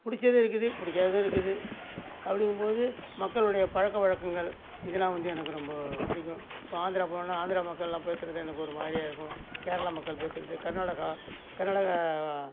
பிடுச்சதும் இருக்குது பிடிக்காததும் இருக்குது அப்படிங்கும்பொழுது மக்களுடைய பழக்கவழக்கங்கள் இதெல்லாம் வந்து எனக்கு ரொம்ப பிடிக்கும் இப்போ ஆந்திரா போனேன்னால் ஆந்திரா மக்களெலாம் பேசுவது எனக்கு ஒரு மாதிரியாக இருக்கும் கேரளா மக்கள் பேசுவது கர்நாடகா கர்நாடகா